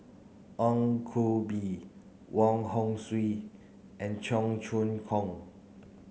Ong Koh Bee Wong Hong Suen and Cheong Choong Kong